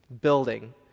building